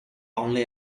only